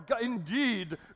Indeed